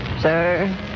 Sir